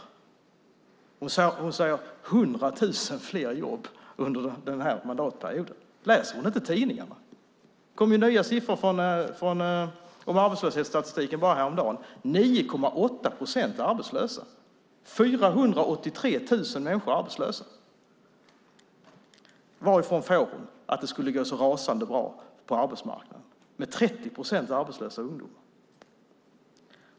Hon säger att det är 100 000 fler jobb under den här mandatperioden. Läser hon inte tidningarna? Det kom ju nya siffror om arbetslöshetsstatistiken bara häromdagen. 9,8 procent är arbetslösa. 483 000 människor är arbetslösa. Varifrån får hon att det skulle gå så rasande bra på arbetsmarknaden, med 30 procent arbetslösa ungdomar?